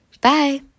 bye